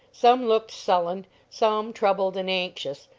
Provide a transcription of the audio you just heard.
some looked sullen, some troubled and anxious,